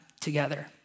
together